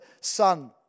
son